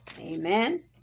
Amen